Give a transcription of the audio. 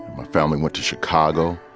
my family went to chicago.